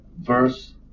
verse